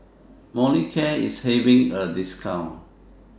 Molicare IS having A discount